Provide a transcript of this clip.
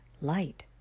Light